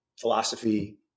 philosophy